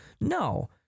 No